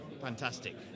fantastic